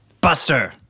BUSTER